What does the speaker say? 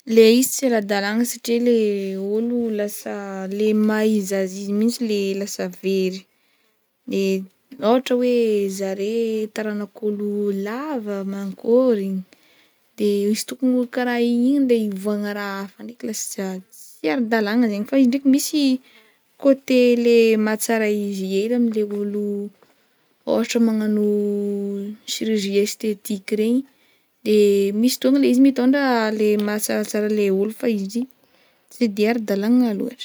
Le izy tsy ara-dàlagna satria le ôlo lasa le maha izy azy izy mihitsy le lasa very de ôhatra hoe zare taranak'olo lava mankôry igny de izy tokony olo karaha igny igny 'ndeha hivoagna raha hafa ndraiky lasa tsy ara-dalàgna zegny fa iwy ndraiky misy côté le mahatsara izy hely am'le olo ôhatra magnano chirurgie esthétique regny de misy fotoagna le izy mitondra le mahatsaratsara le olo fa izy tsy de ara-dalàgna loatra.